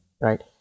right